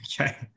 Okay